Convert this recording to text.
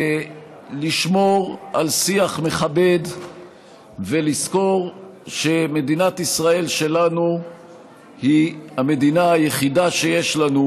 לשמור על שיח מכבד ולזכור שמדינת ישראל שלנו היא המדינה היחידה שיש לנו,